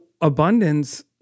abundance